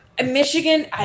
Michigan